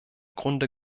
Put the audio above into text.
grunde